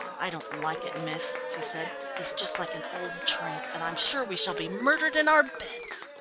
i don't like it, miss, she said, he's just like an old tramp, and i'm sure we shall be murdered in our beds.